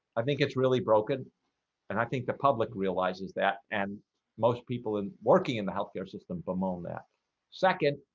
i think it's really broken and i think the public realizes that and most people in working in the health care system. boom owned that second